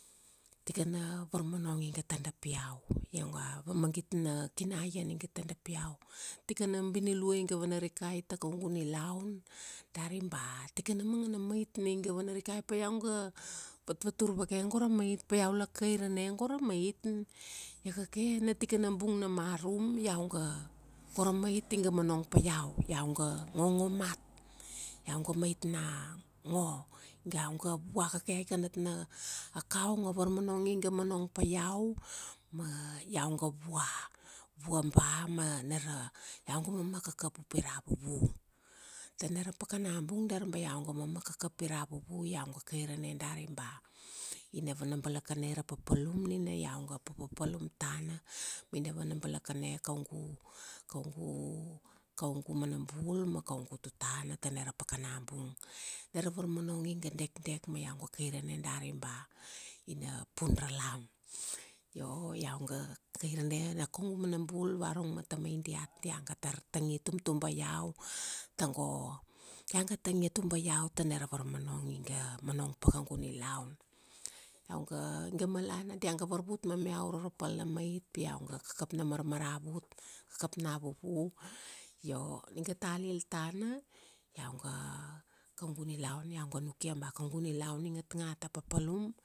Tiakana varmonong iga tadap iau. Iau ga, a magit na kinaian iga tadap iau. Tikana binilua iga vanarikai ta kaugu nilaun, dari ba, tikana mangana mait ni ga vanarikai, pa iau ga vatvatur vake go ra mait. Pa iau la kairene go ra mait. Iakake, na tikana bung na marum iau ga, go ra mait iga monong pa iau. Iau ga, ngongo mat. Iua ga mait na, ngo. Iau ga vua kake aika natna, a kaongo a varmonong iga monong pa iau, ma, iau ga vua. Vua ba ma nara, iau ga mama kakap upi ra vuvu. Tana ra pakana bung dari ba iau ga mama kakap pi ra vuvu iau ga kairene dari ba, ina vana balakane ra papalum nina iau ga papalum tana, ma ina vana balakane kaugu, kaugu, kaugu mana bul ma kaugu tutana tana ra pakana bung. Na ra varmonong iga dekdek ma iau ga kairene dari ba ina pun ra lam. Io, iau ga kairene, kaugu mana bul varung ma tamai diat dia ga tar tangi tumtuba iau, tago, dia ga tangie tuba iau tana ra varmonong iga monong pa kaugu nilaun. Iua ga, iga malana dia ga varvut mameau uro ra pal na mait, pi iau ga kakap na marmaravut. Kakap na vuvu, io, iga talil tana, iau ga, kaugu nilaun iau ga nukia ba kaugu nilaun i ngatngat a papalum